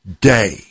day